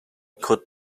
could